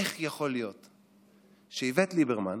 איך יכול להיות שאיווט ליברמן